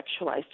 sexualized